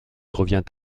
revient